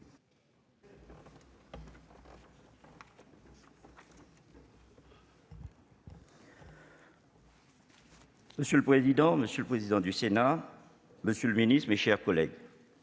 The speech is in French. Monsieur le président, monsieur le président du Sénat, monsieur le ministre, mes chers collègues,